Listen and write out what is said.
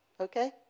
okay